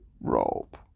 rope